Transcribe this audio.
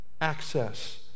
access